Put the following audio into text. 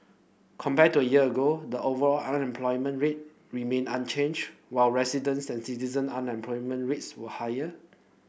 compared to year ago the overall unemployment rate remained unchanged while resident and citizen unemployment rates were higher